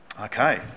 Okay